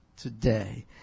today